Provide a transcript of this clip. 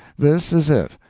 this is it.